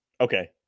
Okay